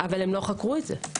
אבל הם לא חקרו את זה.